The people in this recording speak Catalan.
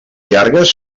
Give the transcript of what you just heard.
llargues